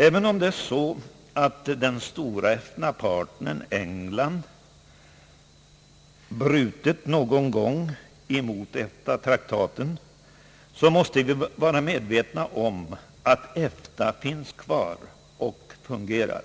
Även om den stora EFTA-partnern England någon gång brutit mot EFTA-traktaten, måste vi vara medvetna om att EFTA finns kvar och fungerar.